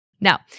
Now